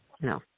no